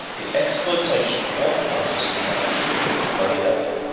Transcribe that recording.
the exploitation of one part of society by the other.